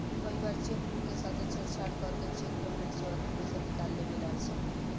कई बार cheque book के साथे छेड़छाड़ करके चेक पेमेंट से अधिका पईसा निकाल लेवे ला सन